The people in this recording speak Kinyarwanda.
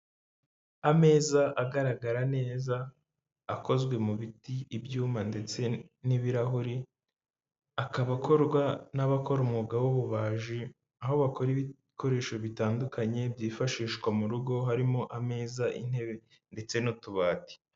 Ameza agaragara neza akozwe mu biti, ibyuma ndetse n'ibirahuri, akaba akorwa n'abakora umwuga w'ububaji, aho bakora ibikoresho bitandukanye byifashishwa mu rugo, harimo ameza, intebe ndetse n'utubati.